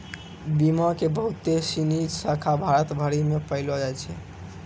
बीमा के बहुते सिनी शाखा भारत भरि मे पायलो जाय छै